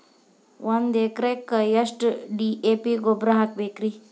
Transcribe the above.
ಒಂದು ಎಕರೆಕ್ಕ ಎಷ್ಟ ಡಿ.ಎ.ಪಿ ಗೊಬ್ಬರ ಹಾಕಬೇಕ್ರಿ?